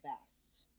best